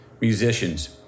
musicians